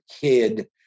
kid